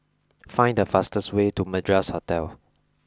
find the fastest way to Madras Hotel